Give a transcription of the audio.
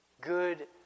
good